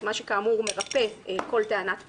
מה שכאמור מרפה כל טענת פרישה,